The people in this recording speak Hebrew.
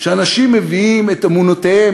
שאנשים מביאים את אמונותיהם,